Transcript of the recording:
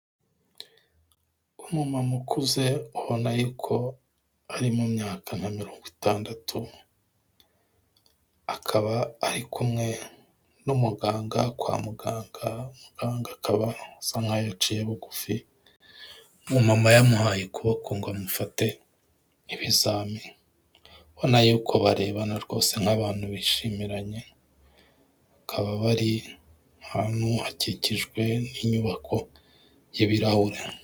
Umumama ukuze, ubona yuko ari mu myaka nka mirongo itandatu, akaba ari kumwe n'umuganga kwa muganga, muganga akaba asa nkaho yaciye bugufi, umumama yamuhaye ukuboko ngo amufate ibizami, ubona yuko barebana rwose nk'abantu bishimiranye, bakaba bari ahantu hakikijwe n'inyubako y'ibirahure.